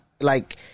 like-